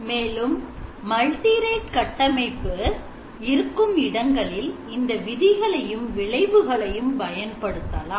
மேலும் Multirate கட்டமைப்பு இருக்கும் இடங்களில் இந்த இந்த விதிகளையும் விளைவுகளையும் பயன்படுத்தலாம்